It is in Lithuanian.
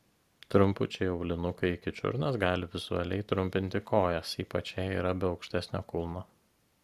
trumpučiai aulinukai iki čiurnos gali vizualiai trumpinti kojas ypač jei yra be aukštesnio kulno